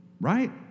Right